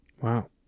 wow